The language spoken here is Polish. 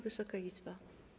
Wysoka Izbo!